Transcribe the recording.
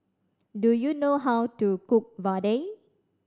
do you know how to cook vadai